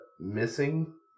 missing